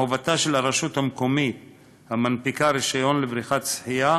מחובתה של הרשות המקומית המנפיקה רישיון לבריכת שחייה